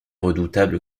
redoutable